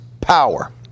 power